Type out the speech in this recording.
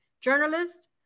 journalist